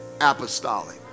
apostolic